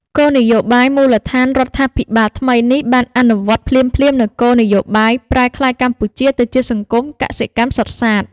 គោលនយោបាយមូលដ្ឋានរដ្ឋាភិបាលថ្មីនេះបានអនុវត្តភ្លាមៗនូវគោលនយោបាយ ប្រែក្លាយកម្ពុជាទៅជាសង្គមកសិកម្មសុទ្ធសាធ។